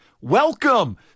Welcome